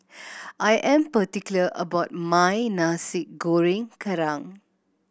I am particular about my Nasi Goreng Kerang